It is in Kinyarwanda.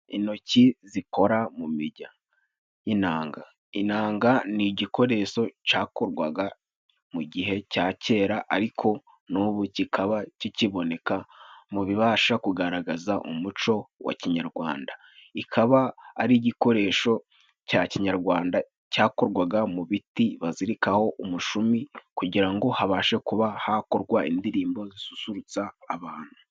Intoki zikora mu mirya y'inanga. Inanga ni igikoresho cyakorwaga mu gihe cya kera， ariko n'ubu kikaba kikiboneka mu bibasha kugaragaza umuco wa kinyarwanda， ikaba ari igikoresho cya kinyarwanda cyakorwaga mu biti bazirikaho umushumi， kugira ngo habashe kuba hakorwa indirimbo zisusurutsa abantu.